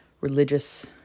religious